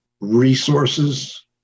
resources